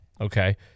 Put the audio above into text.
Okay